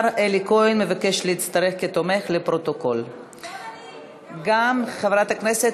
44 חברי כנסת